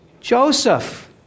Joseph